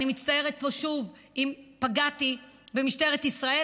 אני מצטערת פה שוב אם פגעתי במשטרת ישראל.